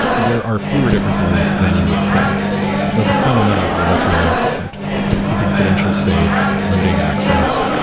there are fewer differences than you would think that the fundamentals are what's really important keeping credentials safe, limiting access,